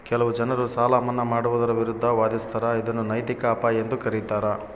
ಕೆಲವು ಜನರು ಸಾಲ ಮನ್ನಾ ಮಾಡುವುದರ ವಿರುದ್ಧ ವಾದಿಸ್ತರ ಇದನ್ನು ನೈತಿಕ ಅಪಾಯ ಎಂದು ಕರೀತಾರ